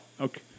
Okay